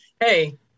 Hey